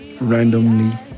randomly